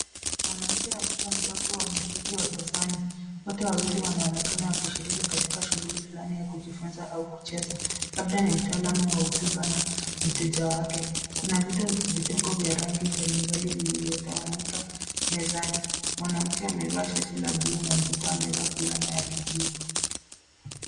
Mwanamke na mtoto mdogo wameketi mezani. Wote wawili wanaonekana wakishiriki katika shughuli fulani ya kujifunza au kucheza, labda ni mtaalamu wa hotuba na mteja wake. Kuna vitu vidogo vya rangi mbalimbali vilivyotawanyika mezani. Mwanamke amevaa shati la bluu na mtoto amevaa fulana ya kijivu.